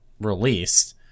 released